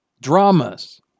Dramas